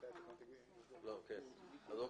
אוקיי.